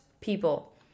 people